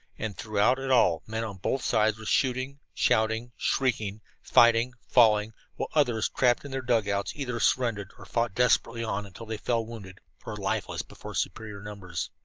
and throughout it all men on both sides were shooting, shouting, shrieking, fighting, falling, while others, trapped in their dug-outs, either surrendered or fought desperately on until they fell wounded or lifeless before superior numbers.